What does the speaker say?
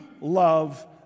love